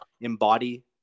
embody